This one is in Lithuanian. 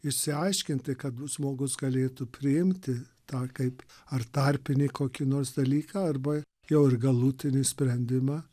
išsiaiškinti kad žmogus galėtų priimti tą kaip ar tarpinį kokį nors dalyką arba jau ir galutinį sprendimą